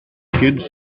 kids